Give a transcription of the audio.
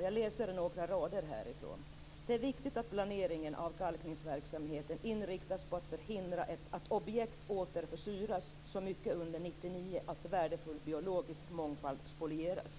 Jag läser upp några rader i brevet: "Det är - viktigt att planeringen av kalkningsverksamheten - inriktas på att förhindra att objekt återförsuras så mycket under 1999 att värdefull biologisk mångfald spolieras.